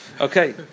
Okay